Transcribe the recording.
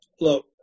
Look